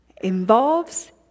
Involves